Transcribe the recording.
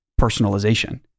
personalization